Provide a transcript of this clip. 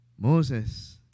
Moses